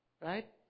right